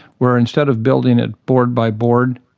where instead of building it board by board,